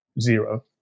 zero